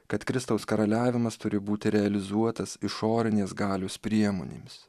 kad kristaus karaliavimas turi būti realizuotas išorinės galios priemonėmis